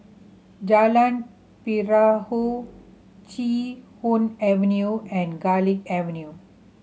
Jalan Perahu Chee Hoon Avenue and Garlick Avenue